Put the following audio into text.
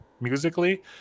musically